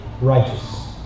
righteous